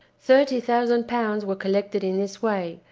thirty thousand pounds were collected in this way,